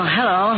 hello